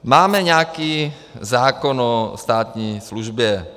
Máme nějaký zákon o státní službě.